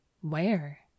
Where